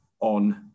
on